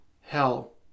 hell